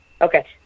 Okay